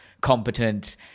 competent